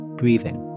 breathing